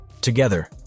Together